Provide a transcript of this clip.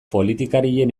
politikarien